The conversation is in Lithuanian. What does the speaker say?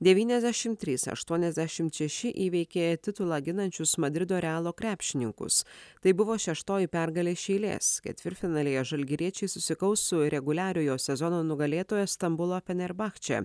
devyniasdešim trys aštuoniasdešimt šeši įveikė titulą ginančius madrido realo krepšininkus tai buvo šeštoji pergalė iš eilės ketvirtfinalyje žalgiriečiai susikaus su reguliariojo sezono nugalėtoja stambulo fenerbahce